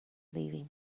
leaving